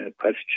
question